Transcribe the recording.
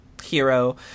hero